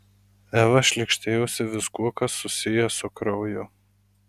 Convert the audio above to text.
eva šlykštėjosi viskuo kas susiję su krauju